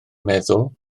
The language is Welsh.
meddwl